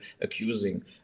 accusing